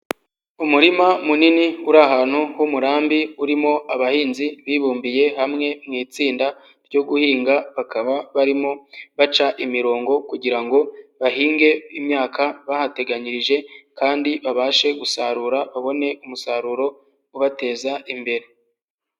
Umurima munini uri ahantu h'umurambi urimo abahinzi bibumbiye hamwe mu itsinda ryo guhinga, bakaba barimo baca imirongo kugira ngo bahinge imyaka bahateganyirije kandi babashe gusarura, babone umusaruro ubateza imbere.